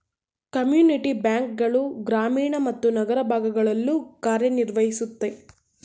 community bank ಗಳು ಗ್ರಾಮೀಣ ಮತ್ತು ನಗರ ಭಾಗಗಳಲ್ಲೂ ಕಾರ್ಯನಿರ್ವಹಿಸುತ್ತೆ